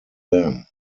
dam